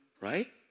Right